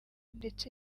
ndetse